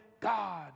God